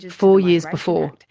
four years before,